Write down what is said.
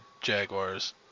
Jaguars